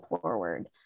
forward